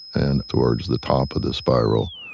and towards the top of the spiral,